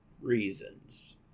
reasons